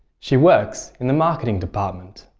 she works in the marketing department.